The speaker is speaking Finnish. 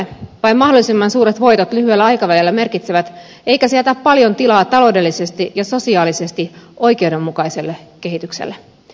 vain mahdollisimman suuret voitot lyhyellä aikavälillä merkitsevät eikä se jätä paljon tilaa taloudellisesti ja sosiaalisesti oikeudenmukaiselle kehitykselle